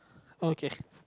okay